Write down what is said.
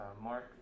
Mark